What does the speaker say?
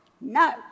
No